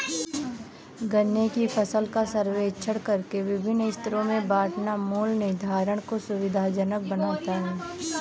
गन्ने की फसल का सर्वेक्षण करके विभिन्न स्तरों में बांटना मूल्य निर्धारण को सुविधाजनक बनाता है